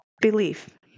Belief